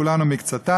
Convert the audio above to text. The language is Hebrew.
כולן או מקצתן: